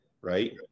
right